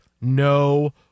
no